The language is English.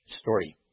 story